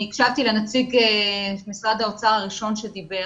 אני הקשבתי לנציג שר האוצר, הראשון שדיבר,